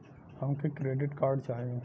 हमके credit card चाही